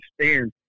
understand